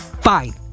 Fine